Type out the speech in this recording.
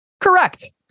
Correct